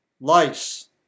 lice